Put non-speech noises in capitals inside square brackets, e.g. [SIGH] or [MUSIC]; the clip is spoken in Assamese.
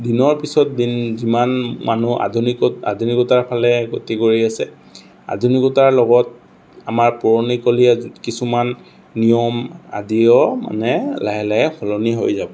দিনৰ পিছত দিন যিমান মানুহ আধুনিকত আধুনিকতাৰফালে গতি কৰি আছে আধুনিকতাৰ লগত আমাৰ পুৰণিকলীয়া [UNINTELLIGIBLE] কিছুমান নিয়ম আদিও মানে লাহে লাহে সলনি হৈ যাব